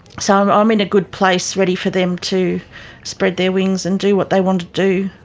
so i'm um in a good place, ready for them to spread their wings and do what they want to do.